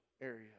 area